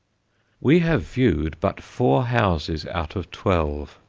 we have viewed but four houses out of twelve,